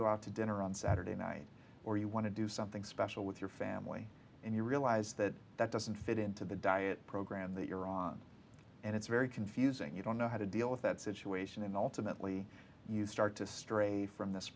go out to dinner on saturday night or you want to do something special with your family and you realize that that doesn't fit into the diet program that you're on and it's very confusing you don't know how to deal with that situation and ultimately you start to stray from this